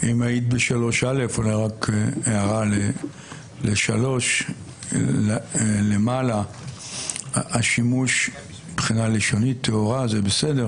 אם היית ב-3(א) הערה ל-3 למעלה - השימוש מבחינה לשונית טהורה זה בסדר